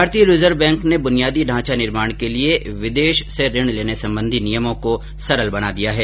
भारतीय reserve bank ने बुनियादी ढांचा निर्माण के लिए विदेश से ऋण लेने संबंधी नियमों को सरल बना दिया है